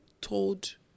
told